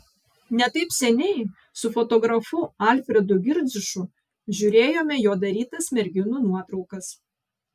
ne taip seniai su fotografu alfredu girdziušu žiūrėjome jo darytas merginų nuotraukas